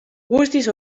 guztiz